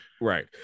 Right